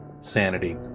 sanity